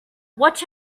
watch